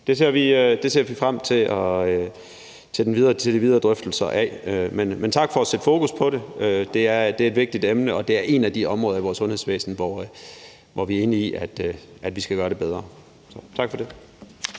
Det ser vi frem til de videre drøftelser af. Men tak for at sætte fokus på det. Det er et vigtigt emne, og det er et af de områder i vores sundhedsvæsen, hvor vi er enige i, at vi skal gøre det bedre. Tak for det.